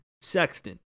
Sexton